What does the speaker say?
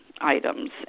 items